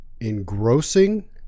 engrossing